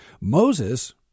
Moses